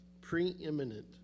preeminent